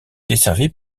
desservie